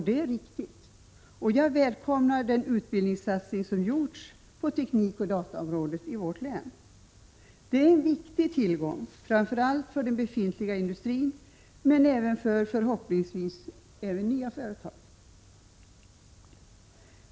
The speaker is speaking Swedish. Det är riktigt, och jag välkomnar den utbildningssatsning som gjorts på teknikoch datorområdet i vårt län. Det är en viktig tillgång, framför allt för den befintliga industrin men även för — förhopp ningsvis — nya företag.